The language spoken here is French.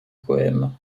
poème